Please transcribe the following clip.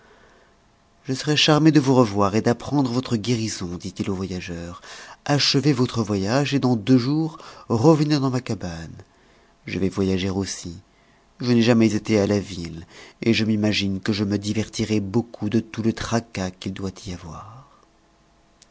je serai charmé de vous revoir et d'apprendre votre guérison dit-il au voyageur achevez votre voyage et dans deux jours revenez dans ma cabane je vais voyager aussi je n'ai jamais été à la ville et je m'imagine que je me divertirai beaucoup de tout le tracas qu'il doit y avoir